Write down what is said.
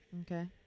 Okay